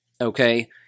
Okay